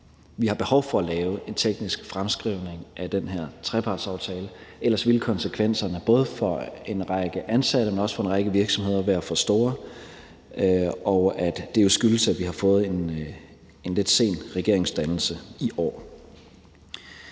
vi har behov for at lave en teknisk fremskrivning af den her trepartsaftale, fordi konsekvenserne både for en række ansatte, men også for en række virksomheder ellers ville være for store, og det skyldes jo, at vi har fået en lidt sen regeringsdannelse i år.